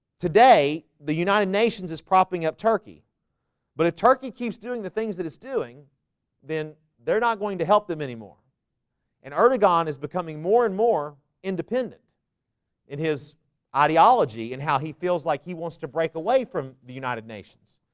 today the united nations is propping up turkey but a turkey keeps doing the things that it's doing then they're not going to help them anymore and aragon is becoming more and more independent in his ideology and how he feels like he wants to break away from the united nations